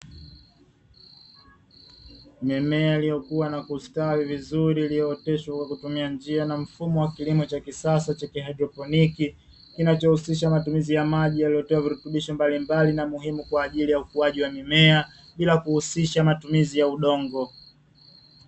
Mimea iliyokua na kustawi vizuri iliyooteshwa kwa kutumia njia na mfumo wa kilimo cha kisasa cha kihaidroponiki, kinachohusisha matumizi ya maji yaliyotiwa virutubisho mbalimbali na muhimu kwa ajili ya ukuaji wa mimea, bila kuhusisha matumizi ya udongo.